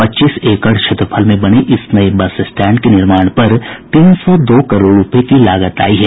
पच्चीस एकड़ क्षेत्रफल में बने इस नये बस स्टैंड के निर्माण पर तीन सौ दो करोड़ रूपये की लागत आयी है